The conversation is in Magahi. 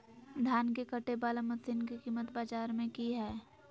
धान के कटे बाला मसीन के कीमत बाजार में की हाय?